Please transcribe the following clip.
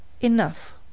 Enough